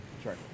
Sure